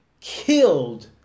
killed